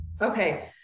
okay